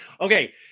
okay